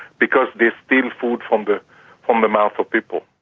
because they steal food from the um the mouth of people.